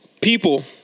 people